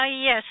Yes